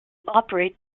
operate